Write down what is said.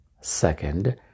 Second